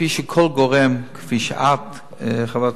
כפי שכל גורם,